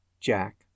Jack